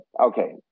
okay